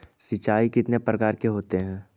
सिंचाई कितने प्रकार के होते हैं?